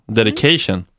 dedication